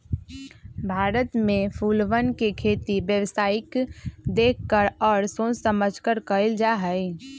भारत में फूलवन के खेती व्यावसायिक देख कर और सोच समझकर कइल जाहई